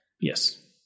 Yes